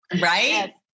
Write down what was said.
Right